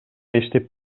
иштеп